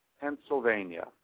Pennsylvania